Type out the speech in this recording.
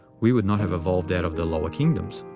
we would not have evolved out of the lower kingdoms.